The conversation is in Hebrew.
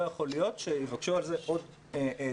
לא יכול להיות שיבקשו על זה עוד תוספות.